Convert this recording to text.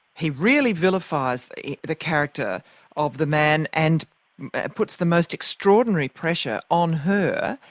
he really vilifies the the character of the man and puts the most extraordinary pressure on her,